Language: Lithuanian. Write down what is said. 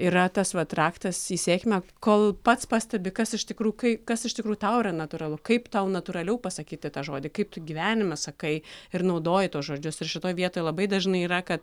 yra tas vat raktas į sėkmę kol pats pastebi kas iš tikrųjų kai kas iš tikrųjų tau yra natūralu kaip tau natūraliau pasakyti tą žodį kaip tu gyvenime sakai ir naudoji tuos žodžius ir šitoj vietoj labai dažnai yra kad